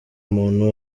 muntu